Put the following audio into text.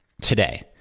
today